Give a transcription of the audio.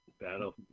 Battle